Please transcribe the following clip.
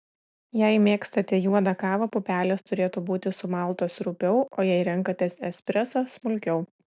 jei mėgstate juodą kavą pupelės turėtų būti sumaltos rupiau o jei renkatės espreso smulkiau